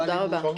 תודה רבה.